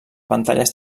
pantalles